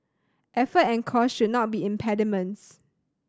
effort and cost should not be impediments